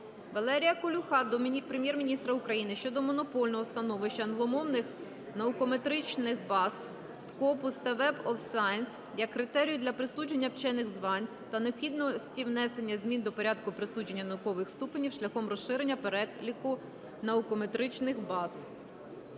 Валерія Колюха до Прем'єр-міністра України щодо монопольного становища англомовних наукометричних баз Scopus та Web of Science, як критерію для присудження вчених звань та необхідності внесення змін до Порядку присудження наукових ступенів шляхом розширення переліку наукометричних баз.